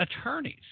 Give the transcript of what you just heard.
attorneys